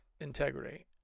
integrity